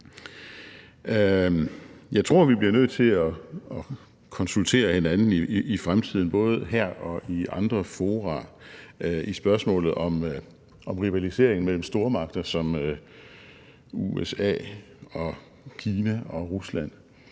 Jeg tror, vi bliver nødt til at konsultere hinanden i fremtiden, både her og i andre fora, i spørgsmålet om rivaliseringen mellem stormagter som USA, Kina og Rusland.